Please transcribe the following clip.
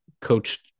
coached